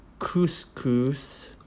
Couscous